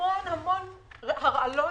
בהמון הרעלות,